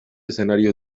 escenario